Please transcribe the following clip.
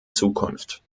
zukunft